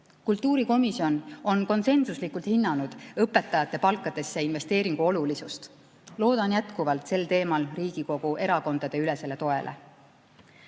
Kultuurikomisjon on konsensuslikult hinnanud õpetajate palka investeerimise olulisust. Loodan jätkuvalt sel teemal Riigikogu erakondade ülesele toele.